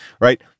right